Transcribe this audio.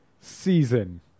season